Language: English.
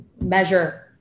measure